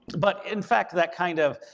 but in fact, that kind of,